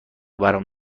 برام